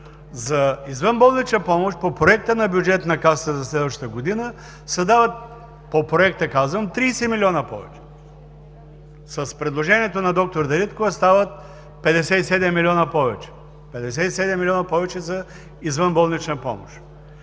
– извънболничната помощ по Проекта на бюджета на Касата за следващата година, казвам, по Проекта – 30 милиона повече. С предложението на д-р Дариткова стават 57 милиона повече, 57 милиона повече за извънболнична помощ.